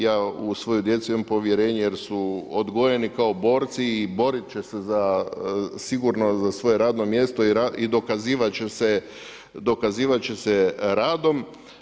Ja u svoju djecu imam povjerenje jer su odgojeni kao borci i boriti će se sigurno za svoje radno mjesto i dokazivati će se radom.